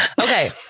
Okay